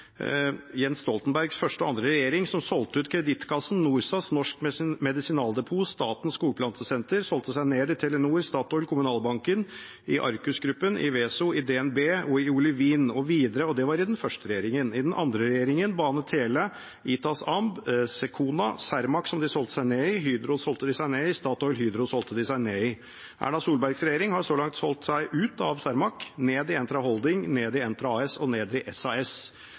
Jens Stoltenbergs første og andre regjering, som solgte ut Kreditkassen, Norsas, Norsk Medisinaldepot, Statens skogplantesenter, og solgte seg ned i Telenor, Statoil, Kommunalbanken, Arcus-gruppen, VESO, DNB og Olivin – og det var i den første regjeringen. I den andre regjeringen solgte de ut BaneTele, Itas amb og Secora. Cermaq, Hydro og StatoilHydro solgte de seg ned i. Erna Solbergs regjering har så langt solgt seg ut av Cermaq og ned i Entra Holding, Entra ASA og SAS. Nå er det referatført, så er det i